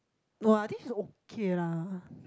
no I think she's okay lah